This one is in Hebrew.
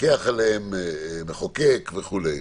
מפקח עליהם, מחוקק, וכולי.